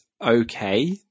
okay